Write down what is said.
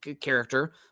character